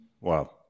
Wow